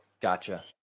Gotcha